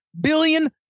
billion